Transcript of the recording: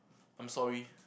I'm sorry